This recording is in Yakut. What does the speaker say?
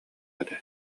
этэ